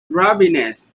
ravines